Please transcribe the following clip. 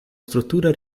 struttura